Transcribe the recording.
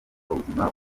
ubuzima